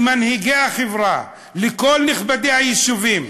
למנהיגי החברה, לכל נכבדי היישובים: